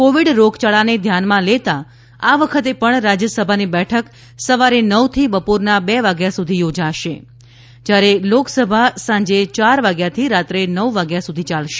Covid રોગયાળાને ધ્યાનમાં લેતા આ વખતે પણ રાજ્યસભાની બેઠક સવારે નવથી બપોરના બે વાગ્યા સુધી યોજાશે જ્યારે લોકસભા સાંજે યાર વાગ્યાથી રાત્રે નવ વાગ્યા સુધી ચાલશે